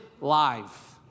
life